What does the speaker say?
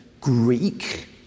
Greek